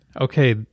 okay